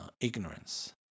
ignorance